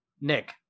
Nick